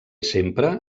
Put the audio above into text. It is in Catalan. sempre